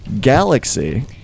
Galaxy